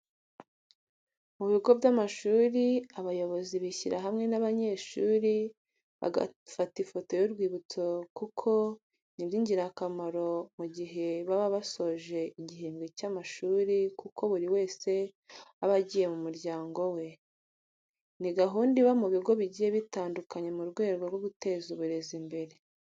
Mu bigo by'amashuri abayobozi bishyira hamwe, n'abanyeshuri bagafatana ifoto y'urwibutso kuko ni ibyigira kamaro mu gihe baba basoje igihembwe cya mashuri kuko buri wese aba agiye mu muryango we. Ni gahunda iba mu bigo bigiye bitandukanye mu rwego rwo guteza uburezi imbere.